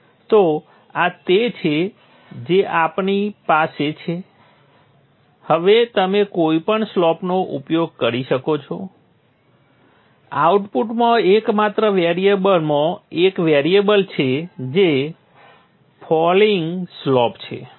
તો આ તે છે જે અમારી પાસે છે હવે તમે કોઈપણ સ્લોપનો ઉપયોગ કરી શકો છો આઉટપુટમાં એકમાત્ર વેરીએબલમાં એક વેરીએબલ છે જે ફોલિંગ સ્લોપ છે